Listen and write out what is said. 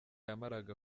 yamaraga